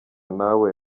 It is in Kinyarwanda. nawe